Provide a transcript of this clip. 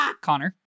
Connor